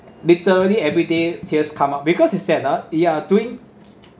literally everyday tears come up because is that ah we are doing